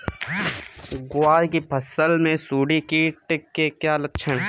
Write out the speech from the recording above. ग्वार की फसल में सुंडी कीट के क्या लक्षण है?